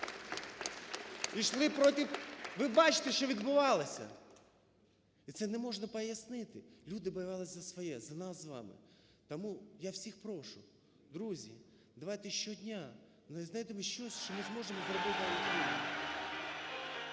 Ви бачите, що відбувалося. І це не можна пояснити, люди боялись за своє, за нас з вами. Тому я всіх прошу, друзі, давайте щодня знайдемо щось, що ми зможемо зробити…